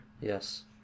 Yes